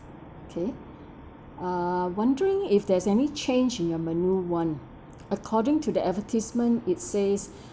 okay uh wondering if there's any change in your menu [one] according to the advertisement it says